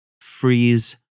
freeze